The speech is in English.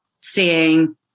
seeing